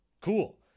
Cool